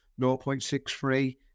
0.63